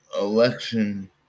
election